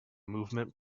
movement